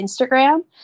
Instagram